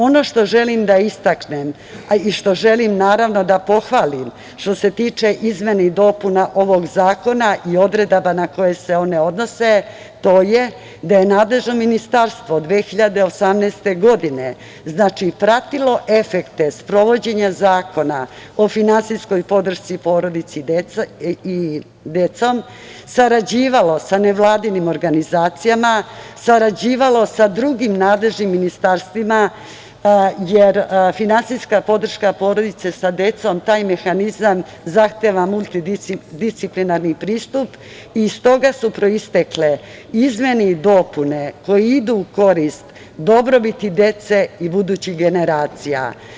Ono što želim da istaknem i što želim naravno da pohvalim što se tiče izmena i dopuna ovog zakona i odredaba na koje se one odnose to je da je nadležno ministarstvo 2018. godine pratilo efekte sprovođenja Zakona o finansijskoj podršci porodici i deci sarađivalo sa nevladinim organizacijama, sarađivalo sa drugim nadležnim ministarstvima jer finansijska podrška porodici sa decom, taj mehanizam zahteva multidisciplinarni pristup i iz toga su proistekle izmene i dopune koje idu u korist dobrobiti dece i budućih generacija.